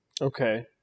Okay